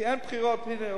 הנה,